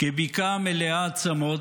כבקעה מלאה עצמות,